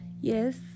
yes